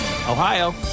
Ohio